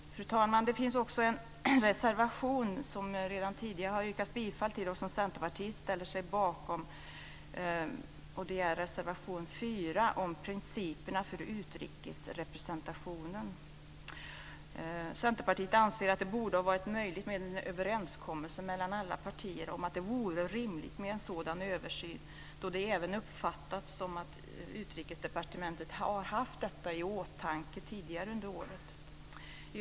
Fru talman! Det finns också en reservation som det redan tidigare har yrkats bifall till och som Centerpartiet ställer sig bakom. Det är reservation 4 om principerna för utrikesrepresentationen. Centerpartiet anser att det borde ha varit möjligt med en överenskommelse mellan alla partier om att det vore rimligt med en sådan översyn, då det även uppfattats så att Utrikesdepartementet har haft detta i åtanke tidigare under året.